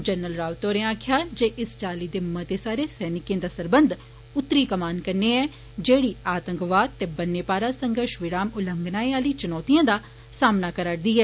general Rawat होरें आक्खेआ ऐ जे इस चाली दे मते सारे सैनिकें दा सरबंध उत्तरी कमान कन्नै ऐ जेड़ी आतंकवाद ते बन्नै पारा संघर्ष विराम उलंघन आलिएं चुनौतिएं दा सामना करा'रदी ऐ